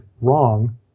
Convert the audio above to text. wrong